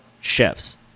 chefs